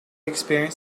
experienced